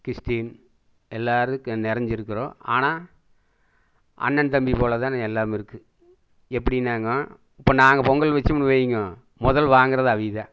Christian எல்லாரும் நெறைஞ்சிருக்கிறோம் ஆனால் அண்ணன் தம்பி போல் தானே எல்லாம் இருக்குது எப்படின்னாங்க இப்போ நாங்கள் பொங்கல் வச்சோம் வைங்க முதல் வாங்குகிறது அவங்கதான்